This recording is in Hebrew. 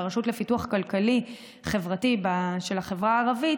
לרשות לפיתוח כלכלי-חברתי של החברה הערבית,